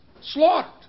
slaughtered